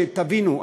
תבינו,